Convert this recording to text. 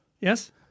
Yes